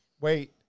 wait